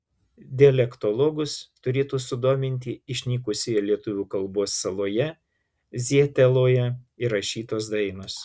dialektologus turėtų sudominti išnykusioje lietuvių kalbos saloje zieteloje įrašytos dainos